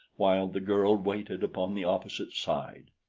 while the girl waited upon the opposite side.